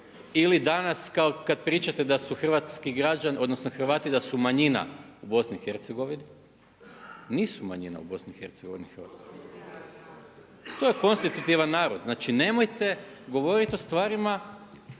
ili danas kao kad pričate da su hrvatski građani, odnosno Hrvati da su manjina u Bosni i Hercegovini. Nisu manjina u Bosni i Hercegovini. To je konstitutivan narod. Znači, nemojte govorit o stvarima